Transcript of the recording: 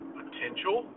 potential